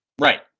Right